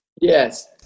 yes